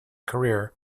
career